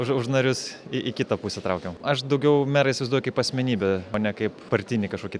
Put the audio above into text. už už narius į kitą pusę traukiau aš daugiau merą įsivaizduoju kaip asmenybę o ne kaip partinį kažkokį